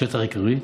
שטח עיקרי,